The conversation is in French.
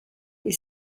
est